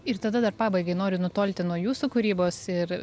ir tada dar pabaigai noriu nutolti nuo jūsų kūrybos ir